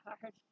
hard